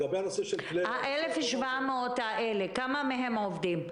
כמה מתוך ה-1,700 האלה עובדים?